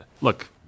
look—